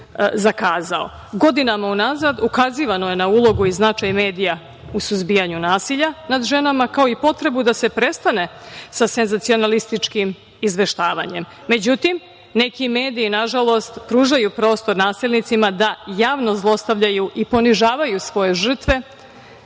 Godinama unazad ukazivano je na ulogu i značaj medija u suzbijanju nasilja nad ženama, kao i potrebu da se prestane sa senzacionalističkim izveštavanjem. Međutim, neki mediji nažalost, pružaju prostor nasilnicima da javno zlostavljaju i ponižavaju svoje žrtve,